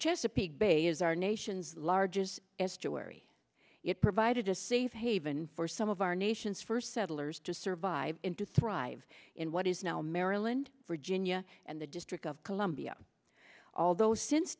chesapeake bay is our nation's largest estuary it provided a safe haven for some of our nation's first settlers to survive into thrive in what is now maryland virginia and the district of columbia although since